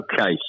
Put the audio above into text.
Okay